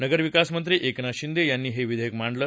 नगरविकासमंत्री एकनाथ शिंदे यांनी हे विधेयक मांडलं